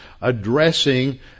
addressing